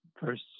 first